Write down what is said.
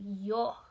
yo